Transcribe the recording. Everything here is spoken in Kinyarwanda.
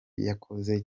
yakoze